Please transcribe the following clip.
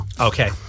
Okay